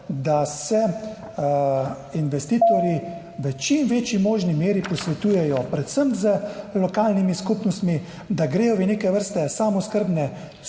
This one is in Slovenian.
da se investitorji v čim večji možni meri posvetujejo predvsem z lokalnimi skupnostmi, da gredo v neke vrste samooskrbne